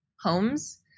homes